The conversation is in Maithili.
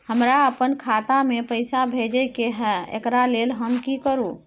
हमरा अपन खाता में पैसा भेजय के है, एकरा लेल हम की करू?